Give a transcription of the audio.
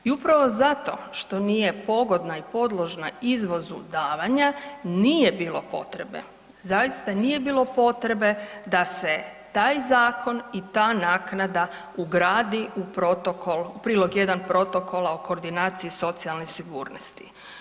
I upravo zato što nije pogodna i podložna izvozu davanja, nije bilo potrebe, zaista nije bilo potrebe da se taj zakon i ta naknada ugradi u Protokol, prilog I. Protokola o koordinaciji socijalne sigurnosti.